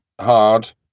hard